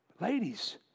Ladies